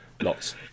lots